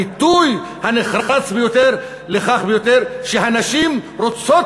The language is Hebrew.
אבל בעצם זה הביטוי הנחרץ ביותר לכך שהנשים רוצות